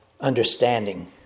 understanding